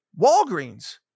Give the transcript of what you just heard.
Walgreens